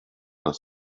das